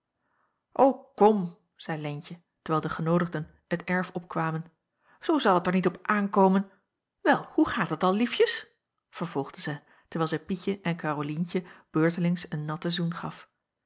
kom zeî leentje terwijl de genoodigden het erf opkwamen zoo zal het er niet op aankomen wel hoe gaat het al liefjes vervolgde zij terwijl zij pietje en karolientje beurtelings een natten zoen gaf